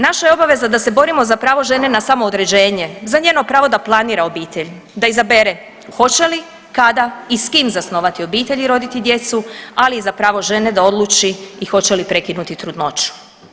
Naša je obaveza da se borimo za pravo žene na samoodređenje, za njeno pravo da planira obitelj, da izabere hoće li, kada i s kim zasnovati obitelj i roditi djecu, ali i za pravo žene da odluči i hoće li prekinuti trudnoću.